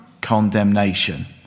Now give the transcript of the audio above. condemnation